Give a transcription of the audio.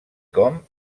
com